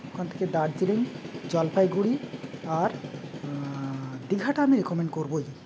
ওখান থেকে দার্জিলিং জলপাইগুড়ি আর দীঘাটা আমি রেকমেন্ড করবই